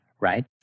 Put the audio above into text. right